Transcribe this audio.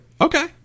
Okay